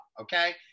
Okay